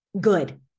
good